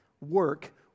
work